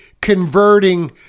converting